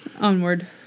Onward